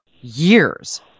years